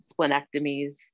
splenectomies